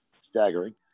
Staggering